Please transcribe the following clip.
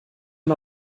man